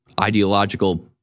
ideological